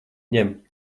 ņem